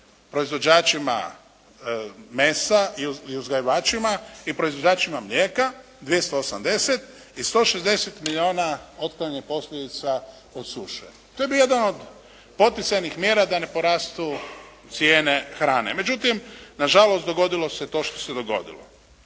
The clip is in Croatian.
proizvođačima mesa i uzgajivačima i proizvođačima mlijeka 280 i 160 milijuna otklanjanje posljedica od suše. To je bila jedna od poticajnih mjera da ne porastu cijene hrane. Međutim, nažalost dogodilo se to što se dogodilo.